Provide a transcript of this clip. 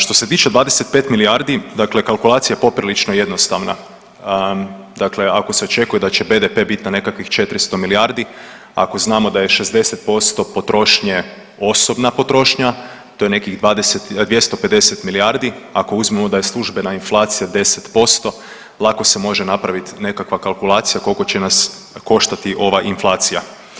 Što se tiče 25 milijardi, dakle kalkulacija je poprilično jednostavna dakle ako se očekuje da će BDP bit na nekakvih 400 milijardi, ako znamo da je 60% potrošnje osobna potrošnja to je nekih 250 milijardi, ako uzmemo da je službena inflacija 10% lako se može napravit nekakva kalkulacija koliko će nas koštati ova inflacija.